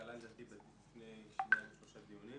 זה עלה לדעתי לפני שניים-שלושה דיונים